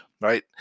right